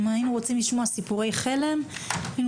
אם היינו רוצים לשמוע סיפורי חלם היינו